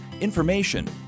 information